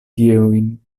tiujn